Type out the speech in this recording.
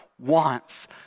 wants